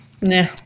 Nah